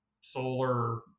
solar